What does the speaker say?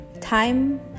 time